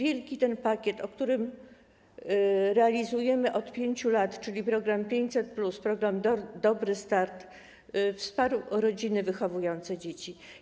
Wielki pakiet, który realizujemy od 5 lat, czyli program 500+, program „Dobry start”, wsparł rodziny wychowujące dzieci.